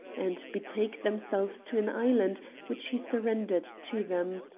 and betake themselves to an island which he surrendered to them.